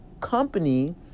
company